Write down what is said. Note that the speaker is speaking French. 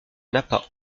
napa